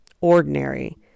ordinary